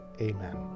Amen